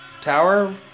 Tower